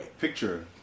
Picture